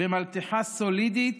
במלתחה סולידית,